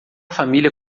família